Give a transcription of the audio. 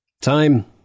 Time